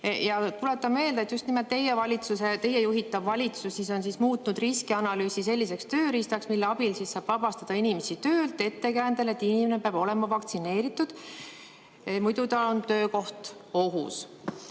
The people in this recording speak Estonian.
Tuletan meelde, et just nimelt teie juhitav valitsus on muutnud riskianalüüsi selliseks tööriistaks, mille abil saab vabastada inimesi töölt ettekäändel, et inimene peab olema vaktsineeritud, muidu on ta töökoht ohus.